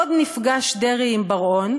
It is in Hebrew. עוד נפגש דרעי עם בר-און,